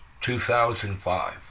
2005